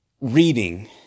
reading